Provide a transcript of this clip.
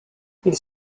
ils